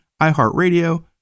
iHeartRadio